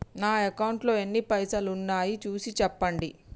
నా అకౌంట్లో ఎన్ని పైసలు ఉన్నాయి చూసి చెప్పండి?